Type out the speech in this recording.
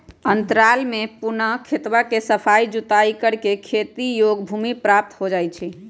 अंतराल में पुनः ऊ खेतवा के सफाई जुताई करके खेती योग्य भूमि प्राप्त हो जाहई